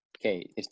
Okay